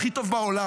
הכי טוב בעולם.